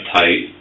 tight